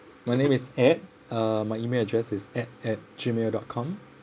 my name is ed uh my email address is ed at gmail dot com